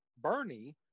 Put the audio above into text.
Bernie